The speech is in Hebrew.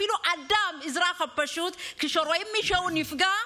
אפילו אדם, האזרח הפשוט, כשרואה שמישהו נפגע,